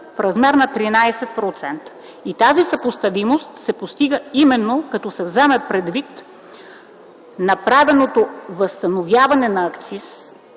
в размер на 13%. Тази съпоставимост се постига именно като се вземе предвид направеното възстановяване на акциза